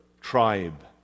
tribe